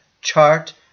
chart